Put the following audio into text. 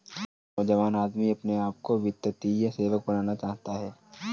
हर नौजवान आदमी अपने आप को वित्तीय सेवक बनाना चाहता है